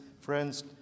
friends